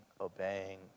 obeying